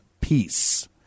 peace